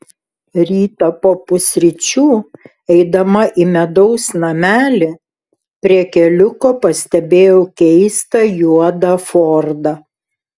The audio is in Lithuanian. rytą po pusryčių eidama į medaus namelį prie keliuko pastebėjau keistą juodą fordą